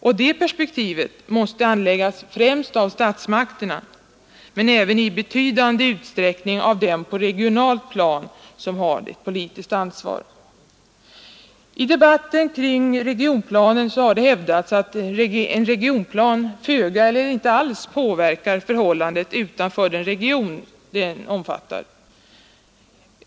Och det perspektivet måste anläggas främst av statsmakterna men även i betydande utsträckning av dem som på regionalt plan har det politiska ansvaret. I debatten kring regionplanen har det hävdats att en regionplan föga eller inte alls påverkar förhållanden utanför den region den omfattar.